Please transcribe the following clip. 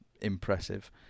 impressive